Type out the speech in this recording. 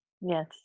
Yes